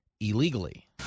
illegally